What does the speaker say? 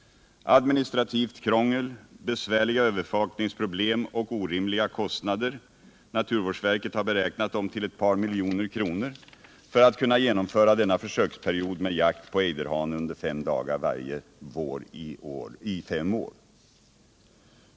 Administrativt krångel, besvärliga övervakningsproblem och orimliga kostnader — naturvårdsverket har beräknat dem till ett par miljoner kronor — för att kunna genomföra denna försöksperiod med jakt på ejderhane under fem dagar i fem år.